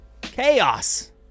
chaos